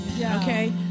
Okay